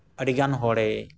ᱟᱹᱰᱤᱜᱟᱱ ᱦᱚᱲᱮ